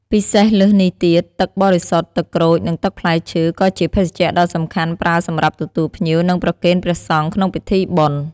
ពិសេសលើសនេះទៀតទឹកបរិសុទ្ធ ទឹកក្រូច និងទឹកផ្លែឈើ ក៏ជាភេសជ្ជៈដ៏សំខាន់ប្រើសម្រាប់ទទួលភ្ញៀវ និងប្រគេនព្រះសង្ឃក្នុងពិធីបុណ្យ។